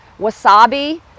wasabi